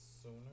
sooner